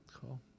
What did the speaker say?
Cool